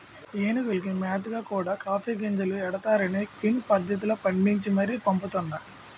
ఏనుగులకి మేతగా కూడా కాఫీ గింజలే ఎడతన్నారనీ క్విన్ పద్దతిలో పండించి మరీ పంపుతున్నా